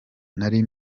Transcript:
nari